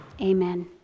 Amen